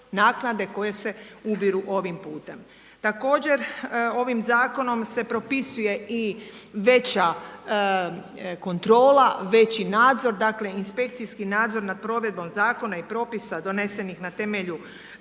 koje se ubiru ovim putem. Također ovim zakonom se propisuje i veća kontrola, veći nadzor, dakle inspekcijski nadzor nad provedbom zakona i propisa donesenih na temelju